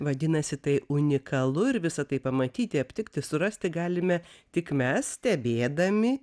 vadinasi tai unikalu ir visa tai pamatyti aptikti surasti galime tik mes stebėdami